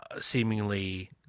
seemingly